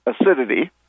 acidity